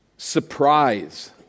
Surprise